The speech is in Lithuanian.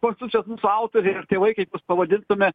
konstitucijos mūsų autoriai ar tėvai kaip pavadintume